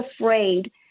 afraid